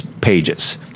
pages